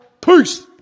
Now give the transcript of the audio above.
Peace